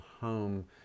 home